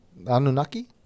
anunnaki